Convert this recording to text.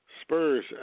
Spurs